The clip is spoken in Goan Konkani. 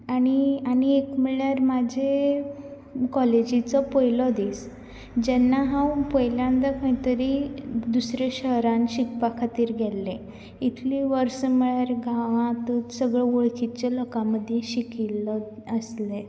आनी आनी एक म्हणल्यार म्हाजे कॉलेजीचो पयलो दीस जेन्ना हांव पयल्यादां खंय तरी दुसरें शहरान शिकपा खातीर गेल्ले इतली वर्सां म्हळ्यार गांवांतूंच सगळें वळखीच्या लोकां मदीं शिकिल्लो आसलें